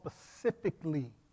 specifically